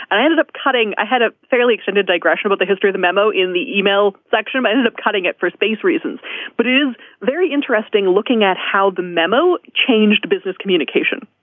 i ended up cutting i had a fairly extended digression about the history the memo in the email section. i ended up cutting it for space reasons but it is very interesting looking at how the memo changed business communication.